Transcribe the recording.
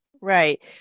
Right